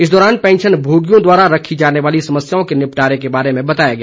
इस दौरान पैंशन भोगियों द्वारा रखी जाने वाली समस्याओं के निपटारे के बारे में बताया गया